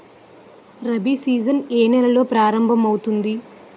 Rabi season ఏ నెలలో ప్రారంభమౌతుంది?